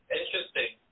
interesting